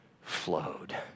flowed